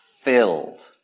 filled